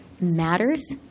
matters